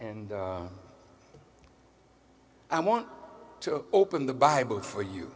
and i want to open the bible for you